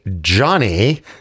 johnny